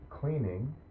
cleaning